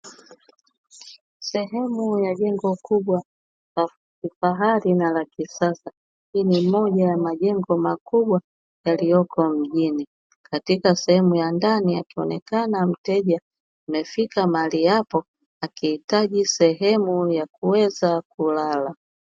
Sehemu ya jengo kubwa la kifahari na la kisasa, hii ni moja ya majengo makubwa yaliyopo mjini akionekana mteja aliyefika mahali hapo akihitaji sehemu ya kuweza kulala.